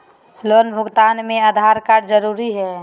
Loan भुगतान में Aadhaar card जरूरी है?